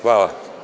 Hvala.